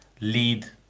lead